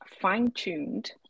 fine-tuned